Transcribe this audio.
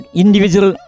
individual